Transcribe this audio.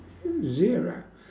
zero